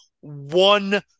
one